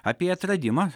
apie atradimą